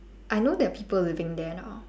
I know there are people living there now